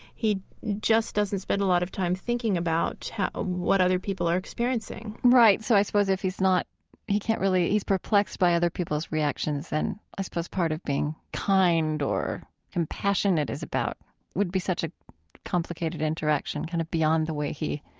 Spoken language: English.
he just doesn't spend a lot of time thinking about what other people are experiencing right. so i suppose if he's not he can't really he's perplexed by other people's reactions. then i suppose, part of being kind or compassionate is about would be such a complicated interaction, kind of beyond the way he